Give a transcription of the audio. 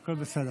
והכול בסדר.